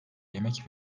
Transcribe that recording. yemek